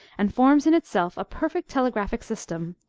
and forms in itself a perfect telegraphic system,